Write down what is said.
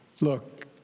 Look